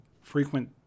frequent